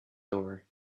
door